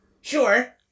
Sure